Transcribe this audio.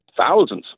thousands